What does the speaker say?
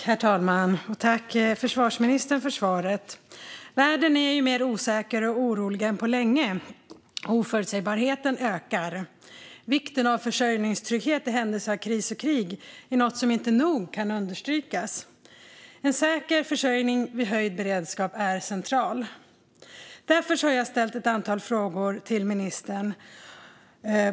Herr talman! Tack för svaret, försvarsministern! Världen är mer osäker och orolig än på länge, och oförutsägbarheten ökar. Vikten av försörjningstrygghet i händelse av kris och krig är något som inte kan nog understrykas. En säker försörjning vid höjd beredskap är central, och därför har jag ställt ett antal frågor till ministern.